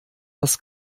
das